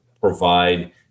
provide